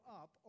up